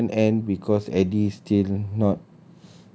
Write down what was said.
but haven't end because eddie still not